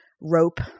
rope